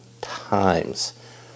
times